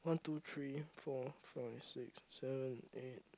one two three four five six seven eight